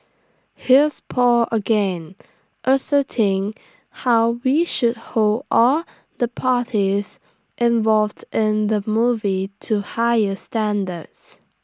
here's Paul again asserting how we should hold all the parties involved in the movie to higher standards